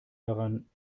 daran